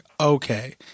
okay